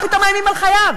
מה פתאום מאיימים על חייו?